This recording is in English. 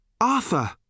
Arthur